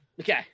Okay